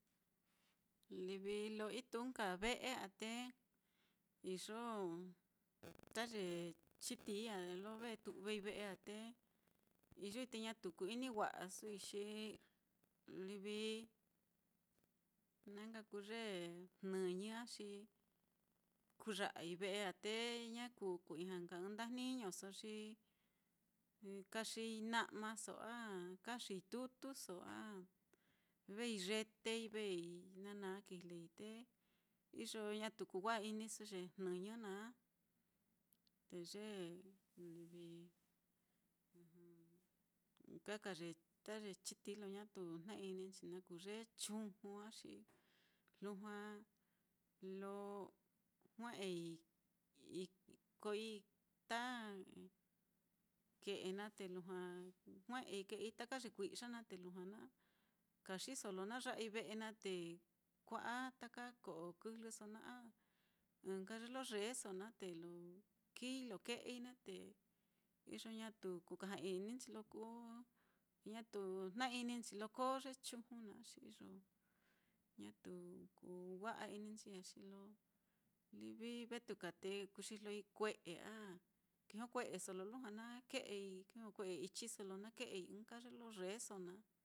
Livi lo ituu nka ve'e á, te iyo ta ye chitií á lo ve tu'vei ve'e á, te iyoi te ñatu ku-ini wa'asui, xi livi na nka kuu ye jnɨñɨ á, xi kuya'ai ve'e á, te ña kuu ku-ijña nka ɨ́ɨ́n ndajniñoso, xi kaxii na'maso a kaxii tutuso a vei yetei, nana kijlei, te iyo ñatu kuwa'a-inisu ye jnɨñɨ naá, te ye livi, ɨkaka ye chitiílo ñatu jna-ini nchi naá kuu ye chuju áxi lujua lo jue'ei ikoi ta ke'e naá, te lujua jue'ei ke'ei taka ye kui'ya naá, te lujua na kaxiso lo na ya'ai ve'e naá te kua'a ta ko'o kɨjlɨso naá a ɨ́ɨ́n nka ye lo yeeso naá te lo kii lo ke'ei naá, te iyo ñatu ku kaja-ininchi lo kuu ñatu jna-ininchi lo koo ye chuju naá, xi iyo ñatu kuu wa'a-ininchii ya a xi lo livi vetuka te kuxijloi kue'e a kijokue'eso lo lujua naá, lo lujua na ke'ei, kijokue'e ichiso lo na ke'ei ɨ́ɨ́n nka ye lo yeeso naá.